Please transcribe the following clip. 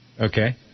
Okay